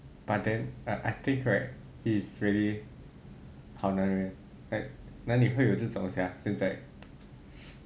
but then I think right is really 好男人哪里会有这种 sia 现在